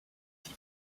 die